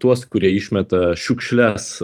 tuos kurie išmeta šiukšles